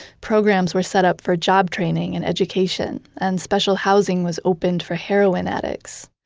programs were set up for job training and education and special housing was opened for heroin addicts.